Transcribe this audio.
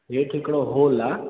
हेठि हिकिड़ो हॉल आहे